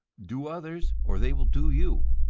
do others or they will do you.